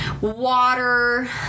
water